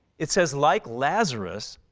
it says, like lazarus,